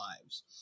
lives